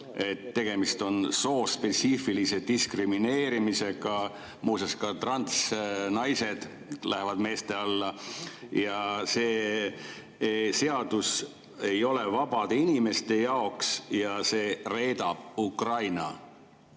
tegemist on soospetsiifilise diskrimineerimisega – muuseas, ka transnaised liigituvad meeste alla –, see seadus ei ole vabade inimeste jaoks ja see reedab Ukraina.